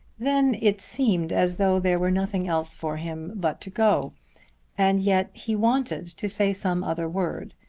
then it seemed as though there were nothing else for him but to go and yet he wanted to say some other word.